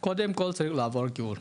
קודם כל צריך לעבור גיור.